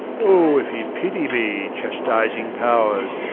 oh, if ye pity me, chastising powers,